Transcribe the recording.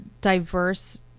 diverse